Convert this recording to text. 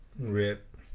Rip